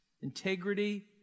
integrity